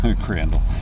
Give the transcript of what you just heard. Crandall